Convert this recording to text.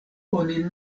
oni